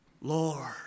Lord